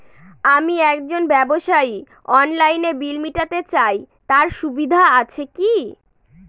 আমি একজন ব্যবসায়ী অনলাইনে বিল মিটাতে চাই তার সুবিধা আছে কি?